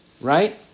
Right